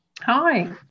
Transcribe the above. Hi